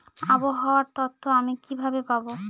আবহাওয়ার তথ্য আমি কিভাবে পাবো?